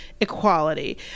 equality